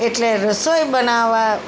એટલે રસોઈ બનાવવા